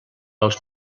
als